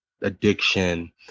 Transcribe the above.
addiction